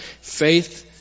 faith